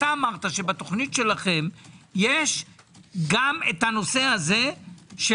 אתה אמרת שבתוכנית שלכם יש גם הנושא הזה של